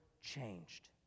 changed